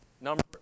number